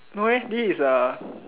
no leh this is the